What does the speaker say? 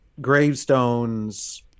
gravestones